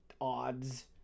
odds